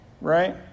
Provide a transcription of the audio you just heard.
right